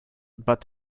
but